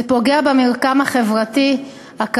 זה פוגע במרקם החברתי, הכלכלי,